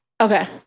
Okay